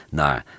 naar